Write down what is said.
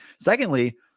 Secondly